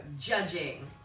judging